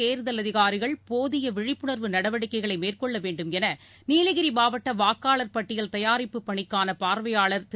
தேர்தல் அதிகாரிகள் போதிய விழிப்புணர்வு நடவடிக்கைகளை மேற்கொள்ள வேண்டும் என நீலகிரி மாவட்ட வாக்காளர் பட்டியல் தயாரிப்புப் பணிக்கான பார்வையாளர் திரு